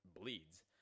bleeds